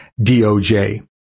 DOJ